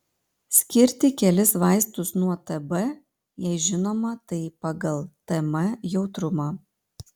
skirti kelis vaistus nuo tb jei žinoma tai pagal tm jautrumą